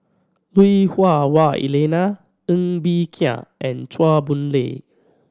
Lui Hah Wah Elena Ng Bee Kia and Chua Boon Lay